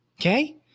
okay